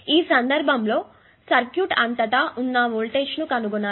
ఈ సందర్బంలో సర్క్యూట్ అంతటా ఉన్న వోల్టేజ్ను కనుగొనాలి